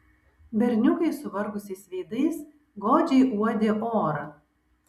berniukai suvargusiais veidais godžiai uodė orą